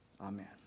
Amen